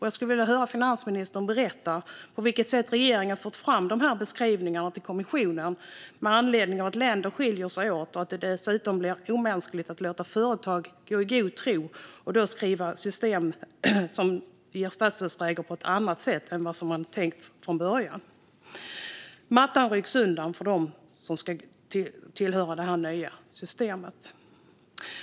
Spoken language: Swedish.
Jag skulle vilja höra finansministern berätta på vilket sätt regeringen har fått fram de här beskrivningarna till kommissionen med anledning av att länder skiljer sig åt. Dessutom blir det omänskligt att låta företagare leva i god tro men införa ett system som ger statsstödsregler på ett annat sätt än vad som var tänkt från början. Mattan rycks undan för dem som ska omfattas av det nya systemet.